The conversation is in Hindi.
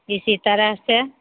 इसी तरह से